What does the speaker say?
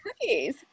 cookies